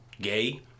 gay